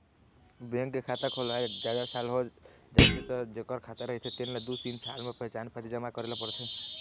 bank के खाता खोलवाए जादा साल हो जाथे त जेखर खाता रहिथे तेन ल दू तीन साल म पहचान पाती जमा करे ल परथे